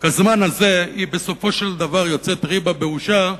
הזמן הזה, בסופו של דבר יוצאת ריבה באושה,